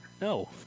No